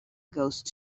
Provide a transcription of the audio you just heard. ghost